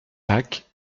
pâques